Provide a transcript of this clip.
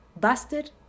busted